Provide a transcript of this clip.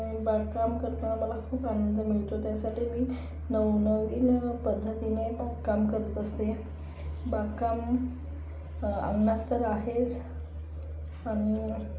बागकाम करताना मला खूप आनंद मिळतो त्यासाठी मी नवनवीन पद्धतीने बागकाम करत असते बागकाम अंगणात तर आहेच आणि